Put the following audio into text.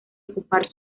ocupar